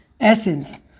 essence